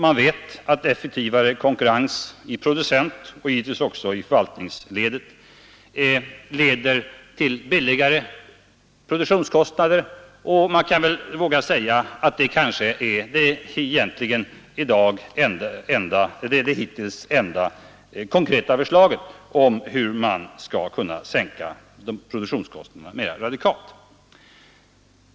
Man vet ju att en effektivare konkurrens i producentoch givetvis också i förvaltningsledet ger lägre kostnader. Man kan väl våga säga att det egentligen är det hittills enda konkreta förslaget om hur man skall kunna sänka produktionskostnaderna mera radikalt.